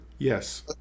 Yes